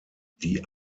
die